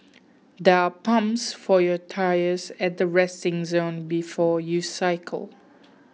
there are pumps for your tyres at the resting zone before you cycle